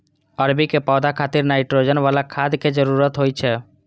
अरबी के पौधा खातिर नाइट्रोजन बला खाद के जरूरत होइ छै